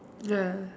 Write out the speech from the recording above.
ya